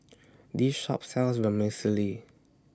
This Shop sells Vermicelli